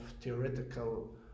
theoretical